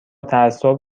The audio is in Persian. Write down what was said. تعصب